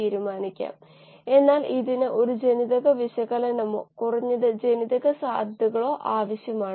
ഉപാപചയ ഫ്ലക്സ് വിശകലനം അതിന്റെ ഉദാഹരണമാണ്